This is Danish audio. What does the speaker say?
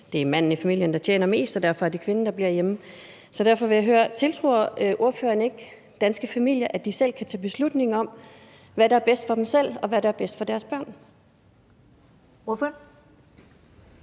det er manden i familien, der tjener mest, og derfor er det kvinden, der bliver hjemme. Så derfor vil jeg høre: Tiltror ordføreren ikke danske familier, at de selv kan tage beslutninger om, hvad der er bedst for dem selv, og hvad der er bedst for deres børn? Kl.